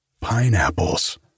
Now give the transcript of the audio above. pineapples